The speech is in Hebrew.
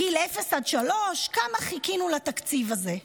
גיל אפס עד שלוש, כמה חיכינו לתקציב הזה.